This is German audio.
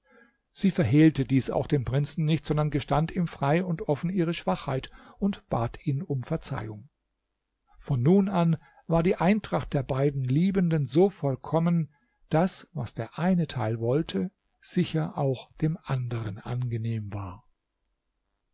sie verhehlte dies auch dem prinzen nicht sondern gestand ihm frei und offen ihre schwachheit und bat ihn um verzeihung von nun an war die eintracht der beiden liebenden so vollkommen daß was der eine teil wollte sicher auch dem anderen angenehm war